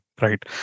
right